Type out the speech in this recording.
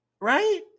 right